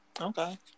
Okay